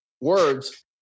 words